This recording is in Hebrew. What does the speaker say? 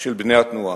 של בני התנועה.